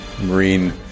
Marine